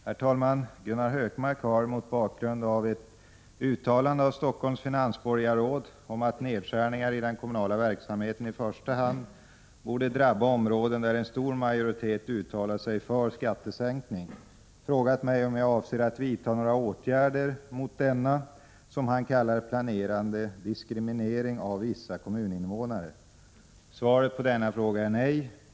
Herr talman! Gunnar Hökmark har — mot bakgrund av ett uttalande av Stockholms finansborgarråd om att nedskärningar i den kommunala verksamheten i första hand borde drabba områden där en stor majoritet uttalat sig för skattesänkning — frågat mig om jag avser att vidta några åtgärder mot denna, som han kallar den, planerade diskriminering av vissa kommuninvånare. Svaret på denna fråga är nej.